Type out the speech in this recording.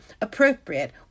appropriate